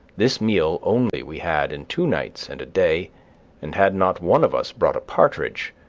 this meal only we had in two nights and a day and had not one of us bought a partridge,